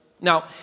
Now